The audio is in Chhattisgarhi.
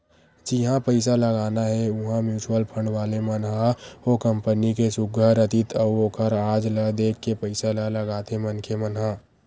जिहाँ पइसा लगाना हे उहाँ म्युचुअल फंड वाले मन ह ओ कंपनी के सुग्घर अतीत अउ ओखर आज ल देख के पइसा ल लगाथे मनखे मन ह